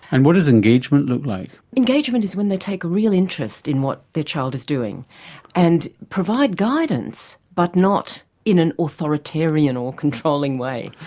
and what does engagement look like? engagement is when they take a real interest in what their child is doing and provide guidance but not in an authoritarian or controlling way.